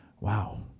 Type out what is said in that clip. wow